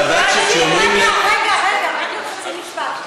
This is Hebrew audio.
אבל לדעת שפונים, רגע, רגע, רגע, רק עוד חצי משפט.